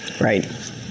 Right